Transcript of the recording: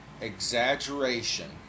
exaggeration